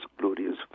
glorious